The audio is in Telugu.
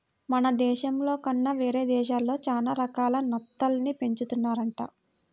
మన దేశంలో కన్నా వేరే దేశాల్లో చానా రకాల నత్తల్ని పెంచుతున్నారంట